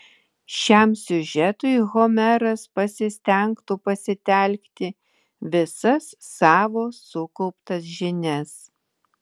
šiam siužetui homeras pasistengtų pasitelkti visas savo sukauptas žinias